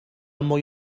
mwy